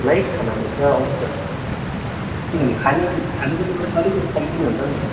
light खाना लिएर आउनुहोस् न किनभने खानुको खानुको व्यवस्था अलिकति कम्ती नै हुन्छ नि त